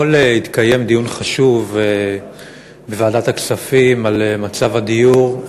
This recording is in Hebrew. אתמול התקיים בוועדת הכספים דיון חשוב על מצב הדיור,